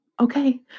Okay